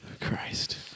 Christ